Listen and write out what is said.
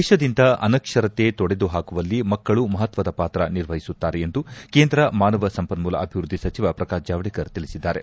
ದೇಶದಿಂದ ಅನಕ್ಷರತೆ ತೊಡೆದುಹಾಕುವಲ್ಲಿ ಮಕ್ಕಳು ಮಹತ್ವದ ಪಾತ್ರ ನಿರ್ವಹಿಸುತ್ತಾರೆ ಎಂದು ಕೇಂದ್ರ ಮಾನವ ಸಂಪನ್ಣೂಲ ಅಭಿವೃದ್ಧಿ ಸಚಿವ ಪ್ರಕಾಶ್ ಜಾವಡೇಕರ್ ತಿಳಿಸಿದ್ದಾರೆ